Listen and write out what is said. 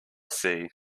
see